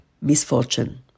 misfortune